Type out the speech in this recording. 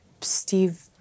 Steve